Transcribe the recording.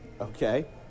Okay